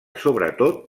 sobretot